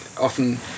often